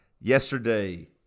Yesterday